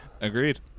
Agreed